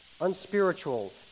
unspiritual